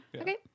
okay